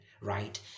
right